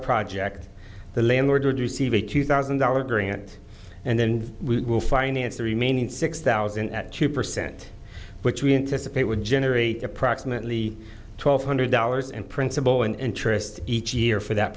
project the landlord reduce even a two thousand dollars grant and then we will finance the remaining six thousand at two percent which we anticipate would generate approximately twelve hundred dollars and principal and interest each year for that